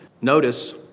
Notice